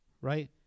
Right